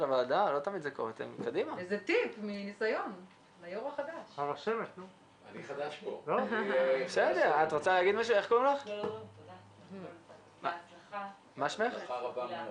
הישיבה ננעלה בשעה 13:40.